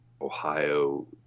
Ohio